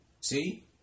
See